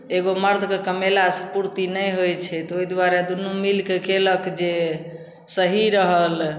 एगो मरदके कमेलासँ पुरती नहि होइ छै ओहि दुआरे दुन्नू मिलकऽ कएलक जे सही रहल